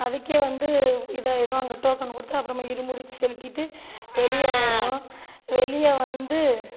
அதுக்கே வந்து இதாயிடும் அங்கே டோக்கன் கொடுத்து அப்றமாக இருமுடி செலுத்திவிட்டு வெளியே வருவோம் வெளியே வந்து